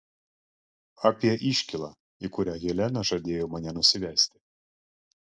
apie iškylą į kurią helena žadėjo mane nusivesti